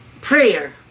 prayer